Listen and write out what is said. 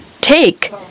take